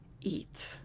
eat